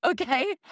Okay